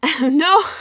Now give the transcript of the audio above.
no